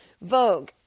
Vogue